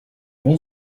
vont